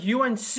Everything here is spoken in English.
UNC